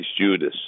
Judas